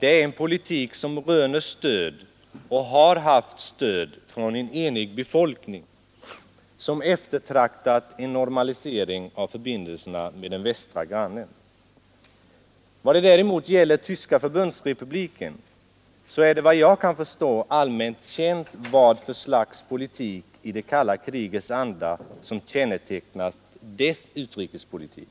Det är en politik som röner stöd — och har haft stöd — från en enig befolkning, som eftertraktat en normalisering av förbindelserna med den västra grannen. I vad däremot gäller Tyska förbundsrepubliken så är det, såvitt jag kan förstå, allmänt känt vad för slags agerande i det kalla krigets anda som kännetecknat dess utrikespolitik.